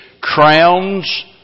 crowns